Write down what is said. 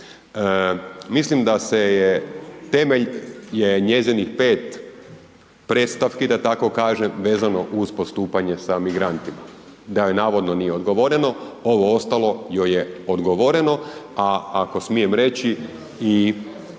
mislim da se je temelj je njezinih 5 predstavki da tako kažem, vezano uz postupanje sa migrantima, da joj navodno nije odgovoreno, ovo ostalo joj je odgovoreno a ako smijem reći, i